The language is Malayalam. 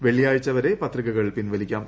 വെള്ളിയാഴ്ച വരെ പത്രികകൾ പിൻവലിക്കാം